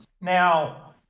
Now